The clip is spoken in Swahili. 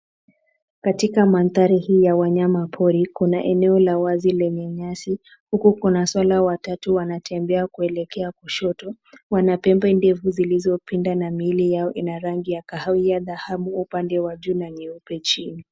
Katika mandhari hii ya wanyamapori, kuna eneo la wazi lenye nyasi huku kuna swala watatu wanatembea kuelekea kushoto. Wana pembe ndefu zilizopinda na miili yao ina rangi ya kahawia dhahabu upande wa juu na nyeupe chini.